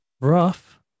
Rough